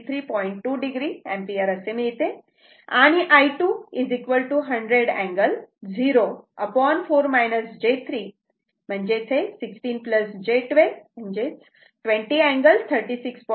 2 o ampere असे मिळते आणि I2 100 angle 0 4 j 3 16 j 12 20 angle 36